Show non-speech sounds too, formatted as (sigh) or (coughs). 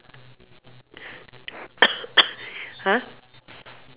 (coughs)